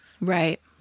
Right